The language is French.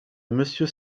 monsieur